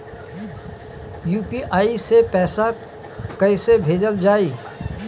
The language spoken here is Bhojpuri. यू.पी.आई से पैसा कइसे भेजल जाई?